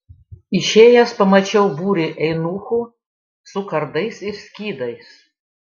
išėjęs pamačiau būrį eunuchų su kardais ir skydais